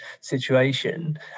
situation